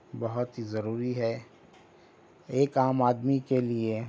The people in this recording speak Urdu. بہت ہی ضروری ہے ایک عام آدمی کے لیے